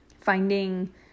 Finding